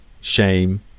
shame